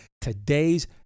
Today's